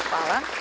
Hvala.